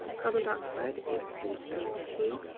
carbon dioxide is c o two.